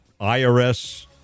IRS